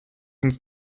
uns